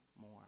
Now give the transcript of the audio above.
more